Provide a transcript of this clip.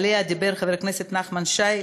ועליה דיבר חבר הכנסת נחמן שי,